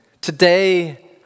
today